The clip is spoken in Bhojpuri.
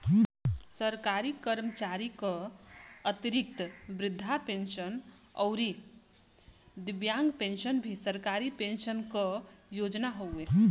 सरकारी कर्मचारी क अतिरिक्त वृद्धा पेंशन आउर दिव्यांग पेंशन भी सरकारी पेंशन क योजना हउवे